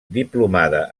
diplomada